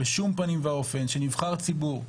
בשום פנים ואופן שנבחר ציבור,